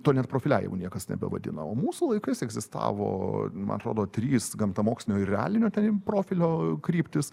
to net profiliavimu niekas nebevadina o mūsų laikais egzistavo man atrodo trys gamtamokslinio ir realinio ten profilio kryptys